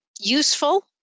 useful